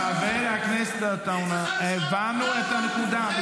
חבר הכנסת עטאונה, הבנו את הנקודה.